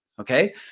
Okay